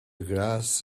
grass